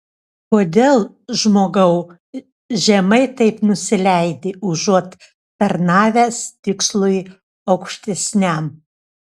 kodėl žmogau žemai taip nusileidi užuot tarnavęs tikslui aukštesniam